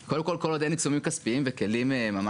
לתת כלים לאכיפה למשרד להגנת הסביבה,